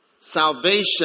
Salvation